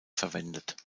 verwendet